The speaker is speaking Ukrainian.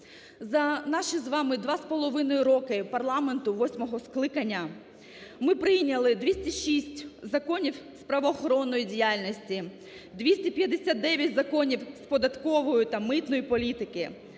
За наші з вами 2,5 роки парламенту восьмого скликання ми прийняли 206 законів з правоохоронної діяльності, 259 законів з податкової та митної політики,